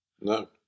No